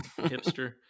hipster